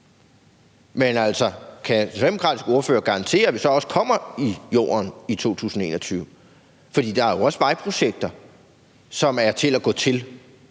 den socialdemokratiske ordfører garantere, at spaden så også kommer i jorden i 2021? For der er jo også vejprojekter, som er til at gå til